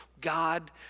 God